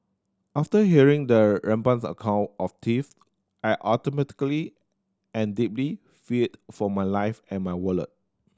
after hearing the rampant's account of I automatically and deeply feared for my life and my wallet